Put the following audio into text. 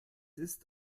ist